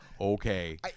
Okay